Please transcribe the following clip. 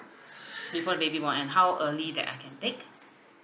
before the baby born and how early that I can take